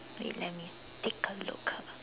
wait let me take a look